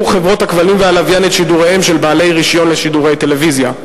חברות הכבלים והלוויין את שידוריהם של בעלי רשיון לשידורי טלוויזיה.